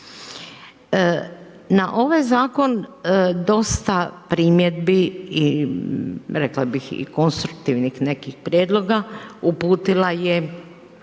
Na ovaj zakon dosta primjedbi i rekla bih i konstruktivnih nekih prijedloga, uputila je